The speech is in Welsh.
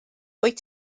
wyt